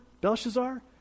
Belshazzar